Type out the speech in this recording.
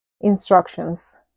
Instructions